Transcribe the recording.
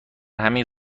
همین